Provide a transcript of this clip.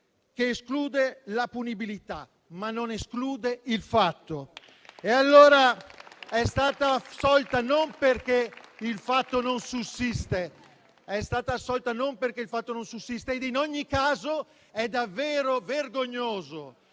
che esclude la punibilità, ma non il fatto. È stata assolta, ma non perché il fatto non sussiste! In ogni caso, è davvero vergognoso